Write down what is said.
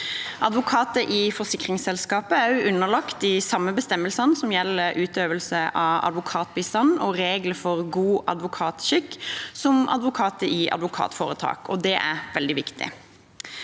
Advokater i forsikringsselskaper er også underlagt de samme bestemmelsene om utøvelse av advokatbistand og regler for god advokatskikk som advokater i advokatforetak, og det er veldig viktig.